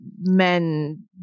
men